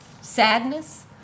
sadness